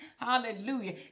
hallelujah